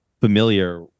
familiar